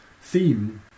theme